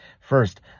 First